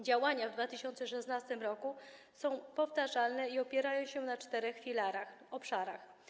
Działania w 2016 r. są powtarzalne i opierają się na czterech filarach, obszarach.